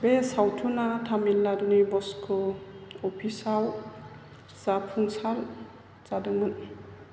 बे सावथुना तामिलनाडुनि बस्क' अफिसाव जाफुंसार जादोंमोन